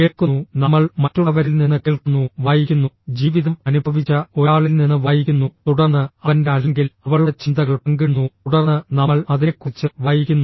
കേൾക്കുന്നു നമ്മൾ മറ്റുള്ളവരിൽ നിന്ന് കേൾക്കുന്നു വായിക്കുന്നു ജീവിതം അനുഭവിച്ച ഒരാളിൽ നിന്ന് വായിക്കുന്നു തുടർന്ന് അവന്റെ അല്ലെങ്കിൽ അവളുടെ ചിന്തകൾ പങ്കിടുന്നു തുടർന്ന് നമ്മൾ അതിനെക്കുറിച്ച് വായിക്കുന്നു